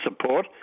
support